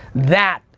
that,